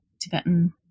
Tibetan